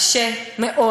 קשה מאוד,